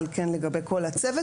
אבל כן לגבי כל הצוות,